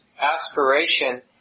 aspiration